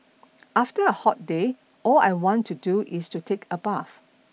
after a hot day all I want to do is to take a bath